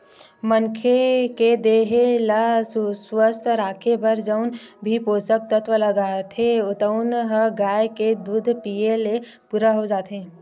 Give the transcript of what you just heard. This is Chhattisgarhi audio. मनखे के देहे ल सुवस्थ राखे बर जउन भी पोसक तत्व लागथे तउन ह गाय के दूद पीए ले पूरा हो जाथे